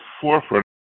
forefront